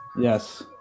Yes